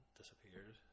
disappeared